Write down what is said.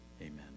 Amen